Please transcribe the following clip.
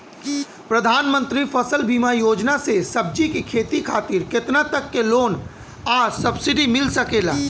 प्रधानमंत्री फसल बीमा योजना से सब्जी के खेती खातिर केतना तक के लोन आ सब्सिडी मिल सकेला?